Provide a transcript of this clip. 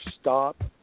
stop